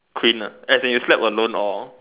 queen lah as in you slept alone or